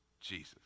Jesus